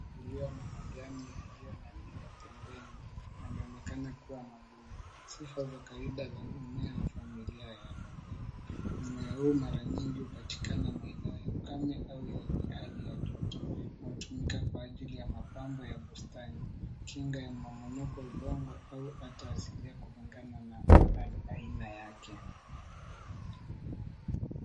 Ulio naa majami yaliyo na miba pembeni yanaonekana kua magumu sifa za kawaida za mmea wa familia ya alovera. Mmea huu mara nyingi hupatikana maeneo ya ukame au yenye hali ya joto na hutumika kwa ajili ya mapambo ya bustani, kinga ya mmomonyoko wa udongo au ata asilia kulingana na aina yake.